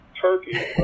turkey